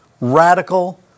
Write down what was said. radical